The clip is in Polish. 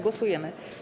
Głosujemy.